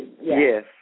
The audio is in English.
Yes